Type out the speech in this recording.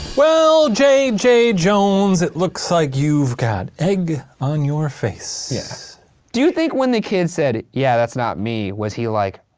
well, j j. jones, it looks like you've got egg on your face. do you think when the kid said, yeah, that's not me, was he like,